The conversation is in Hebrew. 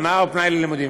הנאה ופנאי ללימודים.